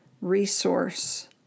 resource